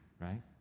right